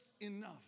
enough